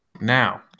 now